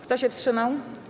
Kto się wstrzymał?